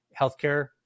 healthcare